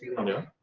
rania? oh